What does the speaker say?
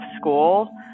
school